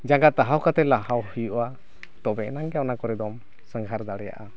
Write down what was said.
ᱡᱟᱸᱜᱟ ᱛᱟᱦᱟᱣ ᱠᱟᱛᱮᱫ ᱞᱟᱦᱟ ᱦᱩᱭᱩᱜᱼᱟ ᱛᱚᱵᱮᱭᱟᱱᱟᱜ ᱜᱮ ᱚᱱᱟᱠᱚᱨᱮ ᱫᱚᱢ ᱥᱟᱸᱜᱷᱟᱨ ᱫᱟᱲᱮᱭᱟᱜᱼᱟ